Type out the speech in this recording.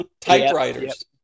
Typewriters